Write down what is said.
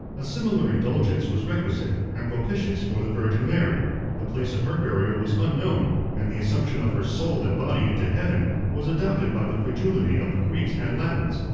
a similar indulgence was requisite and propitious for the virgin mary the place of her burial was unknown and the assumption of her soul and body into heaven was adopted by the credulity of the greeks and latins.